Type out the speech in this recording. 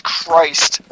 Christ